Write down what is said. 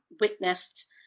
witnessed